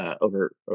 over